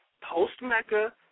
post-MECCA